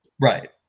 Right